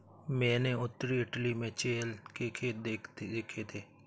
मैंने उत्तरी इटली में चेयल के खेत देखे थे